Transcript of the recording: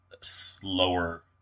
slower